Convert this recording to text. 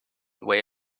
way